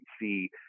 see